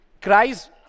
cries